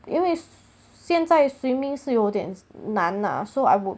因为现在 swimming 是有点难 ah so I would